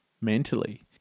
mentally